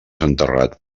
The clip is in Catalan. enterrat